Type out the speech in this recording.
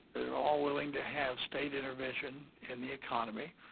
they're all willing to have state intervention in the economy,